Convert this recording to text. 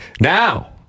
Now